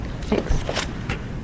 Thanks